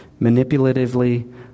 manipulatively